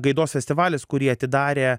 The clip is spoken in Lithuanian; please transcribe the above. gaidos festivalis kurį atidarė